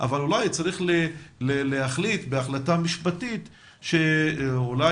אבל אולי צריך להחליט בהחלטה משפטית שאולי